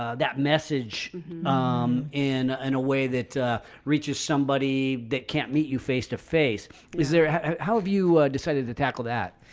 ah that message um in and a way that reaches somebody that can't meet you face to face is there how have you decided to tackle that?